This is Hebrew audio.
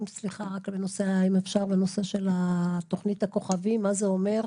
בנושא של תוכנית הכוכבים מה זה אומר?